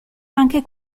anche